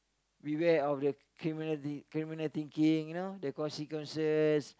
beware of the criminal think criminal thinking you know the consequences